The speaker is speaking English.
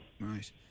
Right